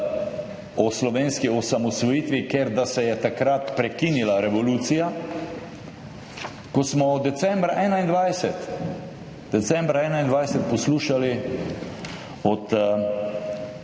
o slovenski osamosvojitvi, ker da se je takrat prekinila revolucija – ko smo decembra 2021 poslušali